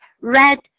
red